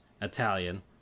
Italian